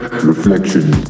reflection